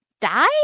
die